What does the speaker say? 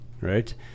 right